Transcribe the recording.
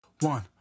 One